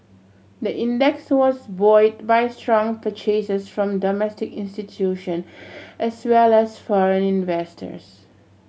the index was buoyed by strong purchases from domestic institution as well as foreign investors